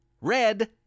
red